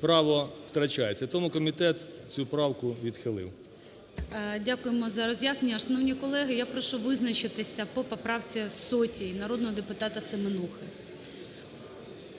право втрачається. Тому комітет цю правку відхилив. ГОЛОВУЮЧИЙ. Дякуємо за роз'яснення. Шановні колеги! Я прошу визначитися по поправці 100 народного депутата Семенухи.